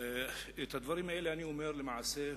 את הדברים האלה אני אומר, למעשה,